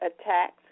attacks